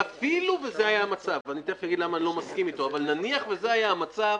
ואפילו נניח וזה היה המצב,